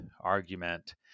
argument